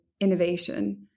innovation